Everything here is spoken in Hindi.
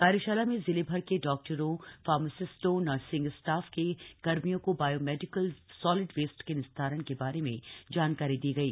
कार्यशाला में जिलेभर के डॉक्टरों फार्मासिस्टों नर्सिंग स्टाफ के कर्मियों को बायोमेडिकल सॉलिड वेस्ट के निस्तारण के बारे में जानकारी दी गई